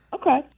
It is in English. Okay